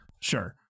sure